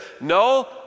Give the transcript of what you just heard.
no